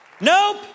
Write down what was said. nope